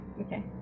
Okay